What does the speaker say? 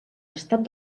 estat